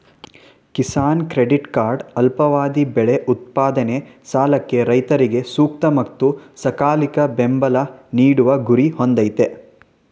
Kisan credit card ಅಲ್ಪಾವಧಿ ಬೆಳೆ ಉತ್ಪಾದನೆ ಸಾಲಕ್ಕೆ ರೈತರಿಗೆ ಸೂಕ್ತ ಮತ್ತು ಸಕಾಲಿಕ ಬೆಂಬಲ ನೀಡುವ ಗುರಿ ಹೊಂದಯ್ತೆ